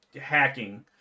hacking